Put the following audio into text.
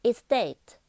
Estate